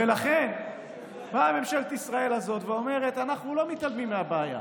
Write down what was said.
ולכן באה ממשלת ישראל הזאת ואומרת: אנחנו לא מתעלמים מהבעיה,